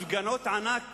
הפגנות ענק